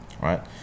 right